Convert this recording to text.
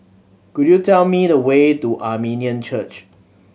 could you tell me the way to Armenian Church